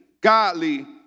godly